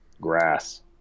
Grass